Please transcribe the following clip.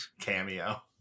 cameo